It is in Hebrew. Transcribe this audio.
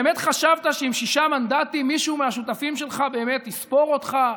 באמת חשבת שעם שישה מנדטים מישהו מהשותפים שלך באמת יספור אותך,